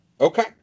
Okay